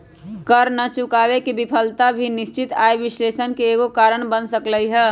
कर न चुकावे के विफलता भी निश्चित आय विश्लेषण के एगो कारण बन सकलई ह